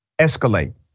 escalate